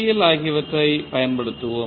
L ஆகியவற்றைப் பயன்படுத்துவோம்